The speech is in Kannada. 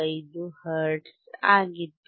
15 ಹರ್ಟ್ಜ್ ಆಗಿತ್ತು